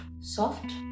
soft